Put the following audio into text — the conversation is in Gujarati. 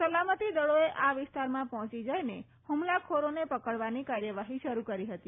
સલામતીદળોએ આ વિસ્તારમાં પહોંચી જઈને ફમલાખોરોને પકડવાની કાર્યવાફી શરૂ કરી ફતી